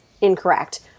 incorrect